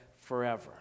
forever